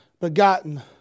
begotten